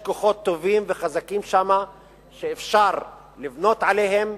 יש כוחות טובים וחזקים שם שאפשר לבנות עליהם,